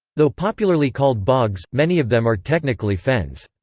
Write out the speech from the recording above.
though popularly called bogs, many of them are technically fens.